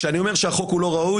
כשאני אומר ש"החוק הוא לא ראוי",